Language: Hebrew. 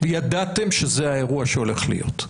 וידעתם שזה האירוע שהולך להיות.